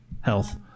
health